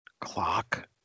Clock